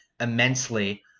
immensely